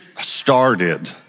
started